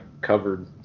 covered